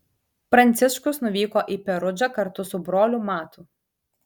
pranciškus nuvyko į perudžą kartu su broliu matu